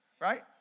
right